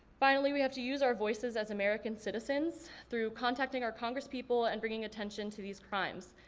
finally we have to use our voices as american citizens through contacting our congress people and bringing attention to these crimes.